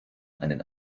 einen